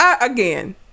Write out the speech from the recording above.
again